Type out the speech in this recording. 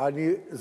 אז אני לא יודע.